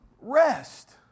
rest